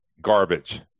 garbage